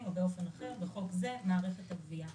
או באופן אחר (בחוק זה מערכת הגבייה).